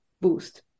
boost